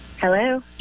Hello